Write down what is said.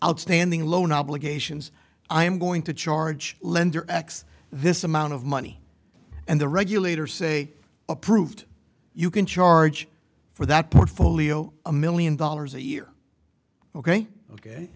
outstanding loan obligations i am going to charge lender x this amount of money and the regulators say approved you can charge for that portfolio a million dollars a year ok ok